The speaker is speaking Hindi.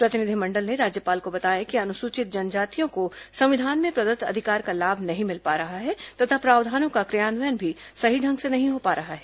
प्रतिनिधिमंडल ने राज्यपाल को बताया कि अनुसूचित जनजातियों को संविधान में प्रदत्त अधिकार का लाभ नहीं मिल पा रहा है तथा प्रावधानों का क्रियान्वयन भी सही ढंग से नहीं हो पा रहा है